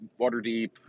Waterdeep